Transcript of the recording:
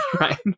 right